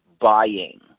buying